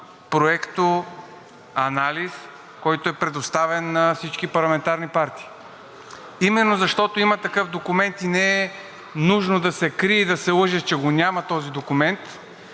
проектоанализ, който е предоставен на всички парламентарни партии. Именно защото има такъв документ и не е нужно да се крие и да се лъже, че този документ